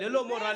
ללא מורא,